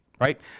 right